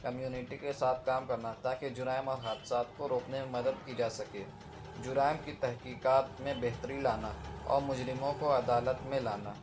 community کے ساتھ کام کرنا تاکہ جرائم اور حادثات کو روکنے میں مدد کی جا سکے جرائم کی تحقیقات میں بہتری لانا اور مجرموں کو عدالت میں لانا